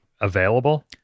available